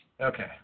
Okay